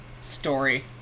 Story